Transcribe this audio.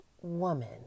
woman